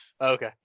okay